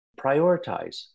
Prioritize